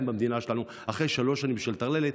במדינה שלנו אחרי שלוש שנים של טרללת,